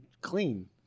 clean